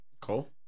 Cool